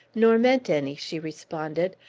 nor meant any, she responded.